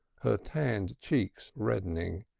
her tanned cheeks reddening.